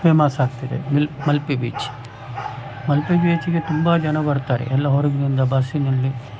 famous ಆಗ್ತಿದೆ ಮಲ್ Malpe beach Malpe ಬೀಚ್ಗೆ ತುಂಬ ಜನ ಬರ್ತಾರೆ ಎಲ್ಲ ಹೊರಗಿನಿಂದ ಬಸ್ಸಿನಲ್ಲಿ